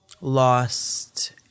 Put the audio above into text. lost